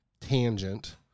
tangent